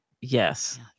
Yes